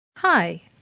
Hi